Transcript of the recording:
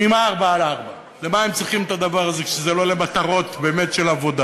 עם 4X4. למה הם צריכים את הדבר הזה כשזה לא באמת למטרות של עבודה?